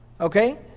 Okay